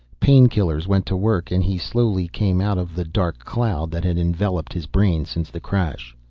pain-killers went to work and he slowly came out of the dark cloud that had enveloped his brain since the crash.